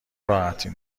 راحتین